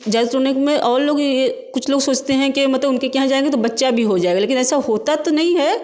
जैसे और लोग ये कुछ लोग सोचते हैं कि मतलब उनके यहाँ जाएँगे तो बच्चा भी हो जाएगा लेकिन ऐसा होता तो नहीं है